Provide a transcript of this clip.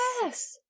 Yes